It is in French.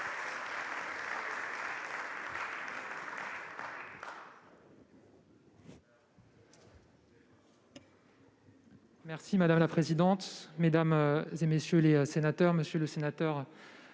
? Madame la présidente, mesdames, messieurs les sénateurs, monsieur le sénateur